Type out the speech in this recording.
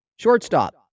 Shortstop